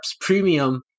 premium